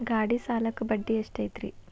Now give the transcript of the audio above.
ಗಾಡಿ ಸಾಲಕ್ಕ ಬಡ್ಡಿ ಎಷ್ಟೈತ್ರಿ?